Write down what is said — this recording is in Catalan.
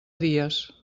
dies